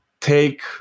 take